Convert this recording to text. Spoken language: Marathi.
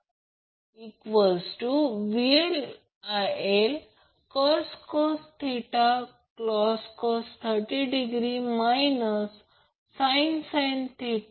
तर Ia Ia 1 Ia 2 याचा अर्थ असा जर लोड 1 P1 30 KW cos 1 0